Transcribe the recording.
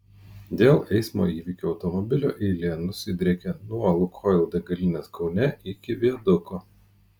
dėl eismo įvykio automobilio eilė nusidriekė nuo lukoil degalinės kaune iki viaduko